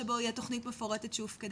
שבו יש תכנית מפורטת שהופקדה.